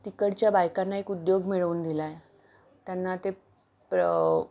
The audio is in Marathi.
तिकडच्या बायकांना एक उद्योग मिळवून दिला आहे त्यांना ते प्र